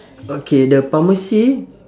okay the pharmacy